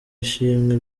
ishimwe